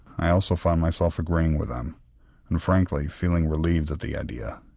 i also found myself agreeing with them and, frankly, feeling relieved at the idea.